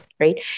Right